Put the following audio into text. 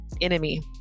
enemy